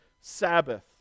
Sabbath